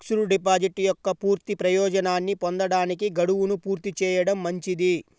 fixed deposit యొక్క పూర్తి ప్రయోజనాన్ని పొందడానికి, గడువును పూర్తి చేయడం మంచిది